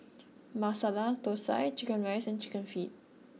Masala Thosai Chicken Rice and Chicken Feet